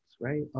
right